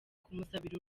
kumusabira